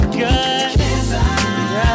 good